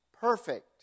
perfect